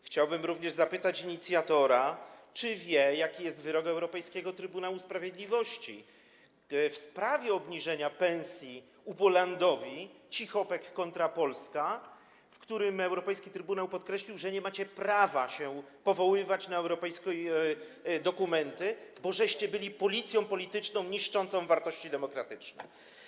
Chciałbym zapytać inicjatora, czy wie, jaki jest wyrok Europejskiego Trybunału Sprawiedliwości w sprawie obniżenia pensji ubolandowi - Cichopek kontra Polska, w którym europejski Trybunał podkreślił, że nie macie prawa się powoływać na europejskie dokumenty, bo byliście policją polityczną niszczącą wartości demokratyczne.